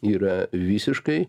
yra visiškai